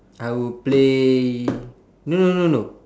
I will play no no no no